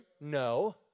No